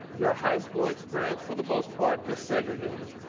your high school experience, for the most part, is segregated.